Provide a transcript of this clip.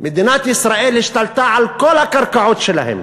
מדינת ישראל השתלטה על כל הקרקעות שלהם,